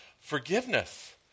forgiveness